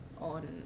on